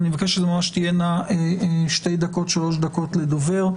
אני מבקש שזה יהיה שתיים-שלוש דקות לדובר.